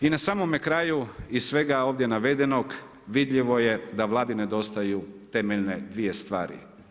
I na samome kraju iz svega ovdje navedenog vidljivo je da Vladi nedostaju temeljne dvije stvari.